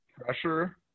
pressure